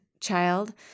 child